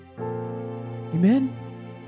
Amen